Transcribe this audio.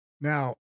Now